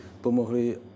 pomohli